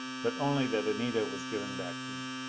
but only that anita was given back to me.